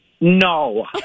No